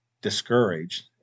discouraged